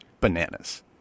bananas